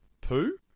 Poo